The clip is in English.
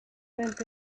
went